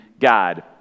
God